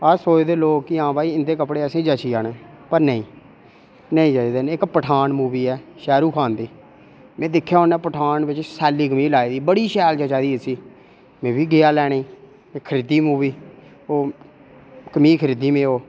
अस लोक सोचदे की इं'दे कपड़े असें गी जची जाने पर नेईं नेईं जचदे इक पठान मूवी ऐ शाहरुख खान दी में दिक्खेआ उन्ने पठान बिच सैल्ली कमीज लाई दी ही बड़ी शैल जचा दी ही उसी में बी गेआ लैने गी खरीदी में बी ओह् कमीज खरीदी में ओह्